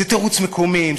זה תירוץ מקומם,